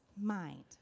mind